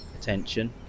attention